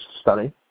study